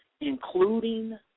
including